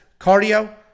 cardio